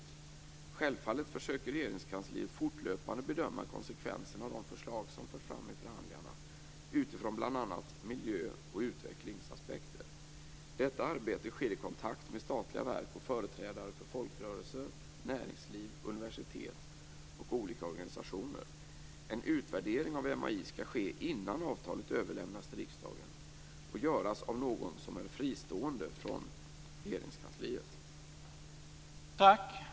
Självfallet försöker Regeringskansliet fortlöpande bedöma konsekvenserna av de förslag som förs fram i förhandlingarna, utifrån bl.a. miljö och utvecklingsaspekter. Detta arbete sker i kontakt med statliga verk och företrädare för folkrörelser, näringsliv, universitet och olika organisationer. En utvärdering av MAI skall ske innan avtalet överlämnas till riksdagen och göras av någon som är fristående från Regeringskansliet.